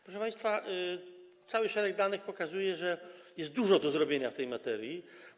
Proszę państwa, szereg danych pokazuje, że jest dużo do zrobienia w tej materii.